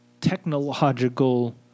technological